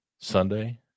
Sunday